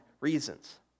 reasons